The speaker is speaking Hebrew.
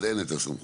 אז אין את הסמכות.